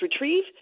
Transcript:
retrieve